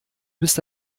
bist